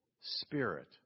spirit